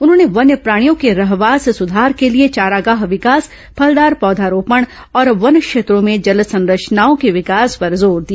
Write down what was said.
उन्होंने वन्य प्राणियों के रहवास सुधार के लिए चारागाह विकास फलदार पौधारोपण और वन क्षेत्रों में जल संरचनाओं के विकास पर जोर दिया